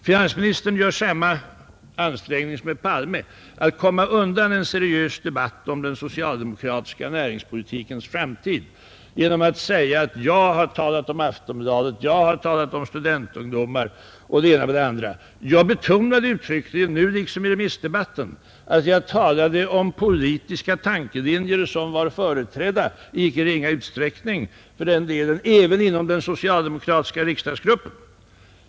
Finansministern gör samma ansträngning som herr Palme att komma undan en seriös debatt om den socialdemokratiska näringspolitikens framtid genom att säga att jag har talat om Aftonbladet, om studentungdomar och det ena med det andra. Jag betonade uttryckligen, nu liksom i remissdebatten, att jag talade om politiska tankelinjer som var företrädda i icke ringa utsträckning även inom den socialdemokratiska riksdagsgruppen.